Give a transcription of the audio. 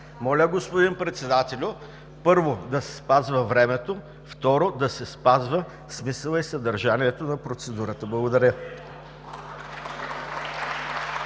Моля, господин Председател, първо, да се спазва времето и, второ, да се спазват смисълът и съдържанието на процедурата. Благодаря.